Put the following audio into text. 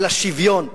ובשוויון,